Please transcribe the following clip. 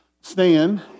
stand